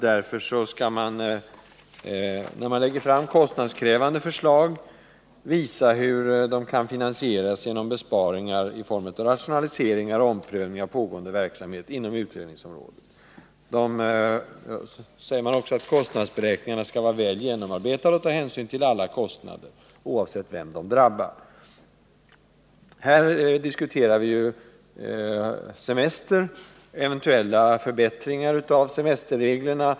När man lägger fram kostnadskrävande förslag skall man därför visa hur de kan finansieras: genom besparingar, rationaliseringar, omprövningar av pågående verksamhet inom utredningsområdet osv. Det sägs också att kostnadsberäkningarna skall vara väl genomarbetade. Man skall ta hänsyn till alla kostnader oavsett vem som drabbas. Här diskuterar vi ju eventuella förbättringar av semesterreglerna.